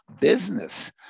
business